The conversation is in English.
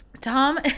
Tom